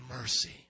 mercy